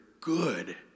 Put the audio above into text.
good